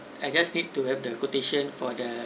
I just need to have the quotation for the~